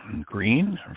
green